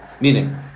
meaning